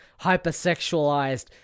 hypersexualized